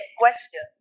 question